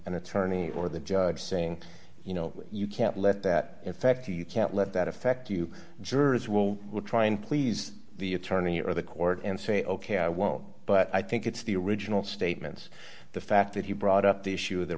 an attorney or the judge saying you know you can't let that affect you you can't let that affect you jurors will try and please the attorney or the court and say ok i won't but i think it's the original statements the fact that he brought up the issue of the